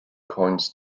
coins